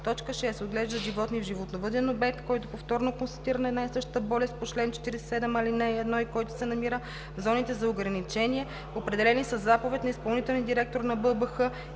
1; 6. отглеждат животни в животновъден обект, в който повторно е констатирана една и съща болест по чл. 47, ал. 1 и който се намира в зоните за ограничение, определени със заповед на изпълнителния директор на БАБХ